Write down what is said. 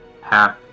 half